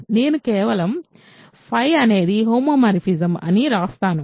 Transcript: నేను కేవలం అనేది హోమోమార్ఫిజం అని వ్రాస్తాను